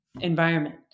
environment